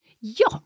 Ja